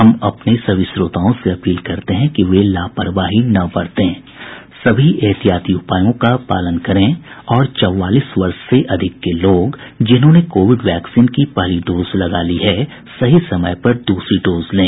हम अपने सभी श्रोताओं से अपील करते हैं कि वे लापरवाही न बरतें सभी एहतियाती उपायों का पालन करें और चौवालीस वर्ष से अधिक के लोग जिन्होंने कोविड वैक्सीन की पहली डोज लगा ली है सही समय पर दूसरी डोज लें